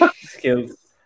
skills